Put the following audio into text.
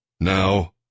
Now